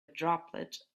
droplet